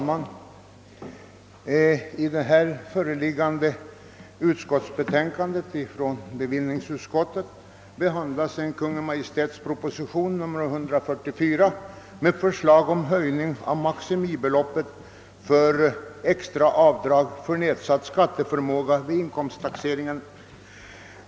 Herr talman! I föreliggande betänkande från bevillningsutskottet behandlas Kungl. Maj:ts proposition nr 144 med förslag om höjning av maximibeloppet för extra avdrag för nedsatt skatteförmåga vid inkomsttaxeringen.